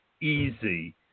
easy